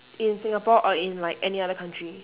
in Singapore or in like any other country